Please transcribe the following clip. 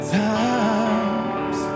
times